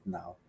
now